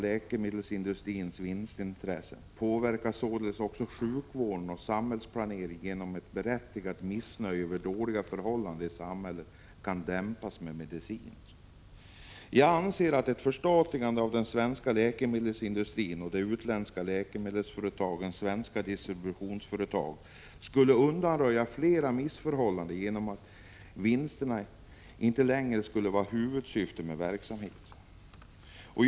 Läkemedelsindustrins vinstintresse påverkar således också sjukvård och samhällsplanering genom att ett berättigat missnöje över dåliga förhållanden i samhället kan dämpas med mediciner. Jag anser att ett förstatligande av den svenska läkemedelsindustrin och de utländska läkemedelsföretagens svenska distributionsföretag skulle undanröja flera missförhållanden genom att vinsterna inte längre skulle vara huvudsyftet med verksamheten.